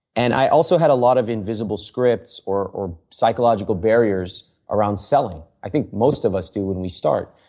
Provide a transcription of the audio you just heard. and i also had a lot of invisible scripts or or psychological barriers around selling. i think most of us do when we start.